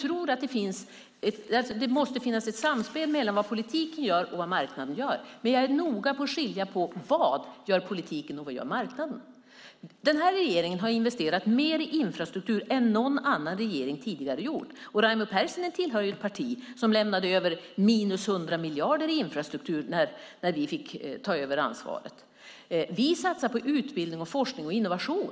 Det måste finnas ett samspel mellan vad politiken gör och vad marknaden gör. Men jag är noga med att skilja på vad politiken gör och vad marknaden gör. Den här regeringen har investerat mer i infrastruktur än någon annan regering tidigare. Raimo Pärssinen tillhör ett parti som lämnade över minus 100 miljarder för infrastrukturen när vi fick ta över ansvaret. Vi satsar på utbildning, forskning och innovation.